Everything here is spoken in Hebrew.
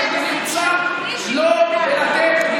את זה אפשר לפתור בשיקול דעת,